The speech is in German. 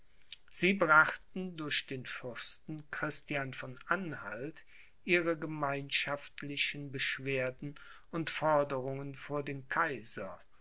sie brachten durch den fürsten christian von anhalt ihre gemeinschaftlichen beschwerden und forderungen vor den kaiser